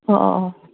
अ अ अ